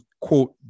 quote